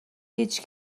هیچ